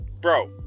Bro